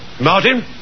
Martin